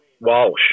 Walsh